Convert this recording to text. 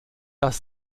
das